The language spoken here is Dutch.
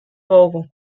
boven